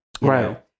Right